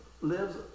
lives